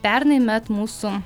pernai met mūsų